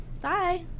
Bye